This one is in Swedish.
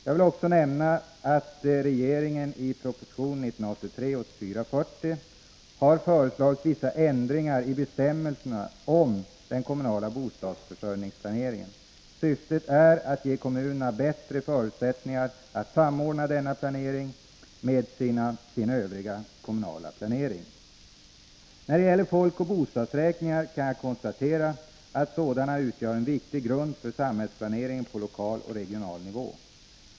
Jag vill också nämna att regeringen i proposition 1983/84:40 har föreslagit vissa ändringar i bestämmelserna om den kommunala bostadsförsörjningsplaneringen. Syftet är att ge kommunerna bättre förutsättningar att samordna denna planering med sin övriga kommunala planering. När det gäller folkoch bostadsräkningar kan jag konstatera att sådana utgör en viktig grund för samhällsplaneringen på lokal och regional nivå.